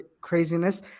craziness